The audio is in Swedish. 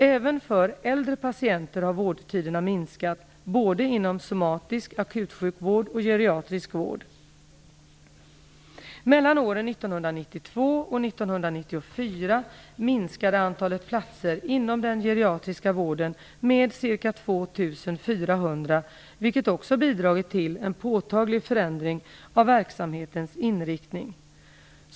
Även för äldre patienter har vårdtiderna minskat, både inom somatisk akutsjukvård och geriatrisk vård. Mellan åren 1992 och 1994 minskade antalet platser inom den geriatriska vården med ca 2 400, vilket också bidragit till en påtaglig förändring av verksamhetens inriktning.